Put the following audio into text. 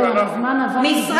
חברת הכנסת יעל גרמן, הזמן עבר מזמן.